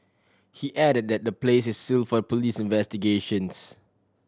he added that the place is seal for police investigations